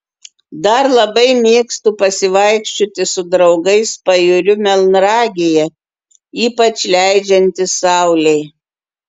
dar labai mėgstu pasivaikščioti su draugais pajūriu melnragėje ypač leidžiantis saulei